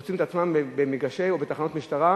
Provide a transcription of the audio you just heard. מוצאים את עצמם במגרשי או בתחנות של המשטרה,